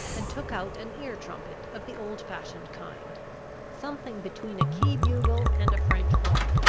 and took out an ear-trumpet of the old-fashioned kind something between a key-bugle and a french horn.